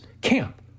camp